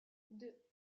deux